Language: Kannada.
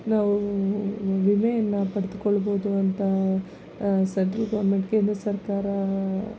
ನಾವು ವಿಮೆಯನ್ನು ಪಡ್ದುಕೊಳ್ಬೌದು ಅಂತ ಸೆಂಟ್ರಲ್ ಗೌರ್ಮೆಂಟ್ ಕೇಂದ್ರ ಸರ್ಕಾರ